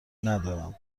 ندارم